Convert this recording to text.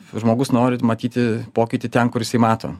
žmogus nori matyti pokytį ten kur jisai mato